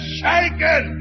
shaken